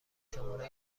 شماره